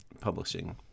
publishing